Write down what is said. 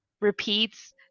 repeats